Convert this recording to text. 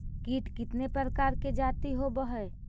कीट कीतने प्रकार के जाती होबहय?